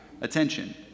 attention